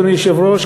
אדוני היושב-ראש,